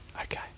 Okay